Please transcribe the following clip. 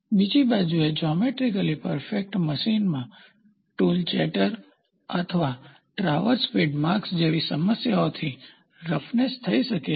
બીજી બાજુએ geometrically perfect મશીનમાં ટૂલ ચેટર અથવા ટ્રાવર્સ ફીડ માર્ક્સ જેવી સમસ્યાઓથી રફનેસ થઈ શકે છે